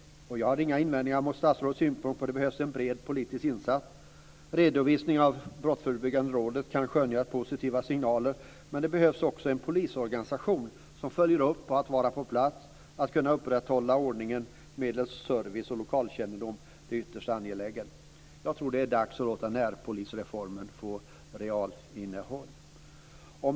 Jag har inga invändningar mot statsrådets synpunkt att det behövs en bred politisk insats. Det kan skönjas positiva signaler i det brottsförebyggande arbetet, men det behövs också en polisorganisation som följer upp och är på plats. Att kunna upprätthålla ordning medelst service och lokalkännedom är ytterst angeläget. Det är dags att låta närpolisreformen få ett reellt innehåll.